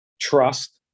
trust